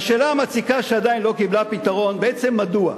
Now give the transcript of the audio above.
והשאלה המציקה שעדיין לא קיבלה פתרון: בעצם, מדוע?